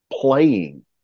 playing